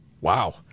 Wow